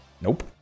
Nope